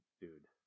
dude